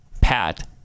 Pat